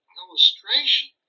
illustration